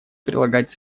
прилагать